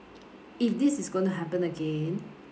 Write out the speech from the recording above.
if this is going to happen again